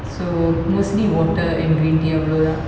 so mostly water and green tea அவ்ளோதான்:avlo thaan